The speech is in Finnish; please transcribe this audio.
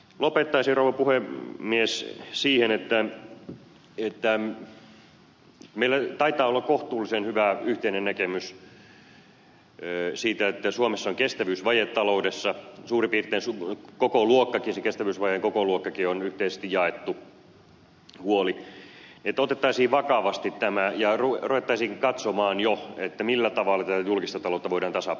lopettaisin rouva puhemies siihen että kun meillä taitaa olla kohtuullisen hyvä yhteinen näkemys siitä että suomessa on kestävyysvaje taloudessa suurin piirtein sen kestävyysvajeen kokoluokkakin on yhteisesti jaettu huoli niin otettaisiin vakavasti tämä ja ruvettaisiin katsomaan jo millä tavalla julkista taloutta voidaan tasapainottaa